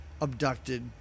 abducted